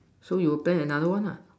so you plan another one lah